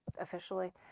officially